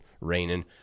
raining